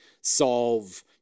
solve